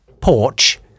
porch